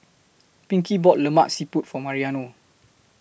Pinkey bought Lemak Siput For Mariano